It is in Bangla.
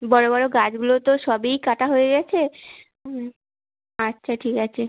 বড়ো বড়ো গাছগুলো তো সবই কাটা হয়ে গেছে আচ্ছা ঠিক আছে